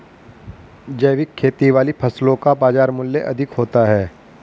जैविक खेती वाली फसलों का बाजार मूल्य अधिक होता है